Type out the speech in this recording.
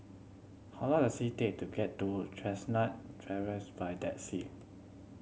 how long does it take to get to Chestnut by taxi